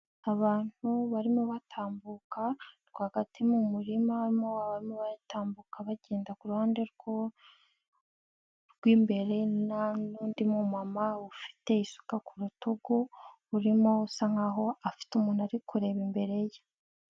Abantu barimo batambuka rwagati mu murima harimo abatambuka bagenda kuru ruhande rw'imbere n'undi mumama ufite isuka ku rutugu urimo usa nkaho afite umuntu ari kureba imbere ye.